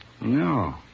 No